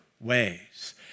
ways